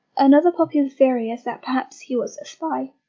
another popular theory is that perhaps he was a spy.